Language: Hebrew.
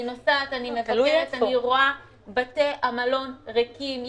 אני נוסעת ורואה בתי מלון ריקים.